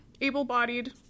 able-bodied